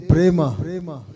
Prema